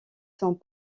sont